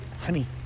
Honey